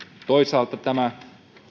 toisaalta tämä